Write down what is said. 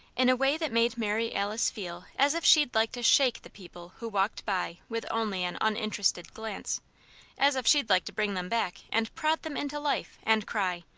in a way that made mary alice feel as if she'd like to shake the people who walked by with only an uninterested glance as if she'd like to bring them back and prod them into life, and cry,